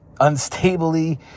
unstably